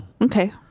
Okay